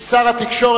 כי שר התקשורת,